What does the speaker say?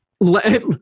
let